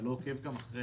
אתה לא עוקב אחרי